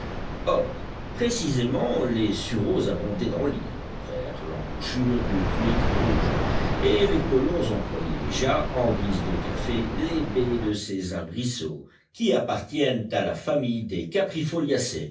or précisément les sureaux abondaient dans l'île vers l'embouchure du creek rouge et les colons employaient déjà en guise de café les baies de ces arbrisseaux qui appartiennent à la famille des